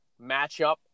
matchup